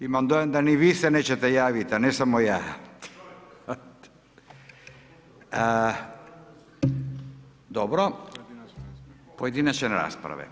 Imam dojam da ni vi se nećete javiti a ne samo ja. … [[Upadica se ne čuje.]] Dobro, pojedinačne rasprave.